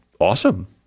awesome